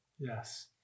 Yes